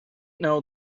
know